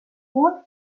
punt